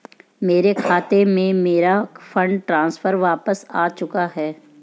मेरे खाते में, मेरा फंड ट्रांसफर वापस आ चुका है